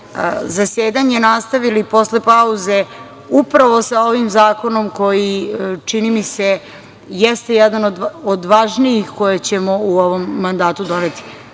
zasedanje nastavili posle pauze upravo sa ovim zakonom koji čini mi se jeste jedan od važnijih koje ćemo u ovom mandatu doneti. Sigurna